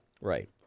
Right